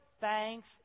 thanks